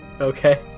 Okay